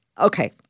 okay